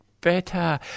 better